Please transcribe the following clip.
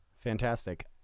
fantastic